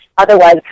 Otherwise